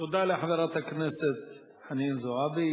תודה לחברת הכנסת חנין זועבי.